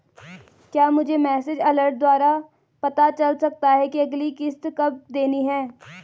क्या मुझे message alert द्वारा पता चल सकता कि अगली किश्त कब देनी है?